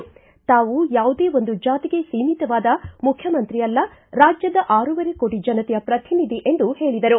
ತಾವು ಯಾವುದೇ ಒಂದು ಜಾತಿಗೆ ಸೀಮಿತವಾದ ಮುಖ್ಯಮಂತ್ರಿ ಅಲ್ಲ ರಾಜ್ಯದ ಆರುವರೆ ಕೋಟಿ ಜನತೆಯ ಪ್ರತಿನಿಧಿ ಎಂದು ಹೇಳಿದರು